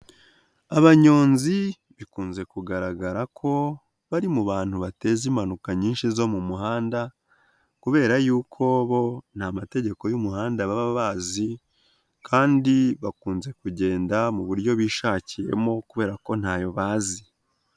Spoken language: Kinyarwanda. Abanyonzi bikunze kugaragara ko bari mu bantu bateza impanuka nyinshi zo mu muhanda kubera yuko bo nta mategeko y'umuhanda baba bazi, kandi bakunze kugenda mu buryo bishakiyemo kubera ko ntayo bazi.